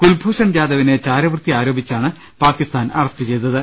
കുൽഭൂഷൺ ജാദവിനെ ചാര വൃത്തി ആരോപിച്ചാണ് പാകിസ്താൻ അറസ്റ്റ് ചെയ്തത്